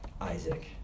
Isaac